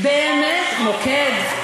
באמת, "מוקד".